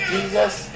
Jesus